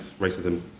racism